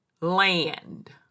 land